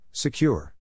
Secure